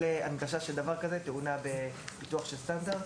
הנגשה של דבר הזה טעונה פיתוח של סטנדרט.